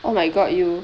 oh my god you